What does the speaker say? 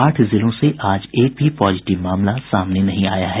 आठ जिलों से आज एक भी पॉजिटिव मामला सामने नहीं आया है